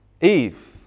Eve